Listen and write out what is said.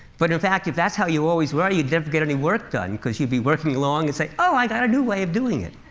but in fact, if that's how you always were you'd never get any work done because you'd be working along and say, oh, i got a new way of doing it.